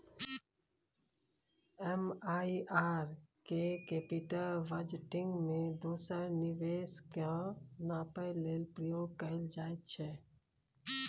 MIRR केँ capital budgeting मे दोसर निबेश केँ नापय लेल प्रयोग कएल जाइत छै